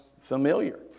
familiar